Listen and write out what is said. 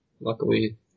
luckily